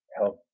help